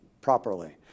properly